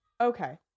Okay